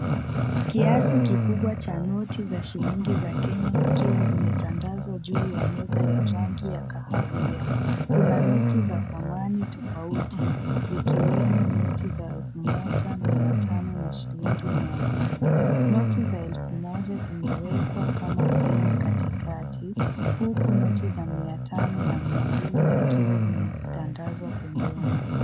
Kiasi kikubwa cha noti za shilingi za Kenya zikiwa zimetandazwa juu ya meza ya rangi ya kahawia. Kuna noti za thamani tofauti zikiwemo noti za elfu moja, mia tano na shilingi mia mbili. Noti za elfu moja zimewekwa kama feni katikati huku noti za mia tano, mia mbili zikiwa zimetandazwa pembeni.